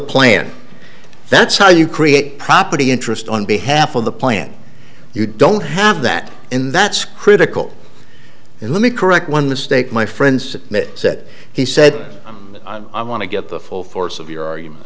plan that's how you create property interest on behalf of the plan you don't have that in that's critical and let me correct one mistake my friends made said he said i want to get the full force of your argument